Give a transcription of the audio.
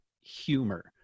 humor